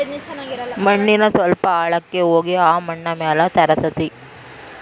ಮಣ್ಣಿನ ಸ್ವಲ್ಪ ಆಳಕ್ಕ ಹೋಗಿ ಆ ಮಣ್ಣ ಮ್ಯಾಲ ತರತತಿ